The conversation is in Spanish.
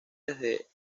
desde